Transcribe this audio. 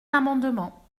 l’amendement